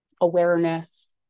awareness